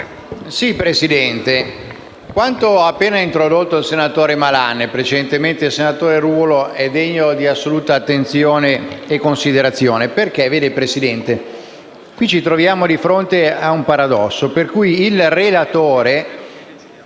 Presidente, quanto hanno appena detto il senatore Malan e precedentemente il senatore Ruvolo è degno di assoluta attenzione e considerazione. Vede, signor Presidente, qui ci troviamo di fronte a un paradosso. Il relatore,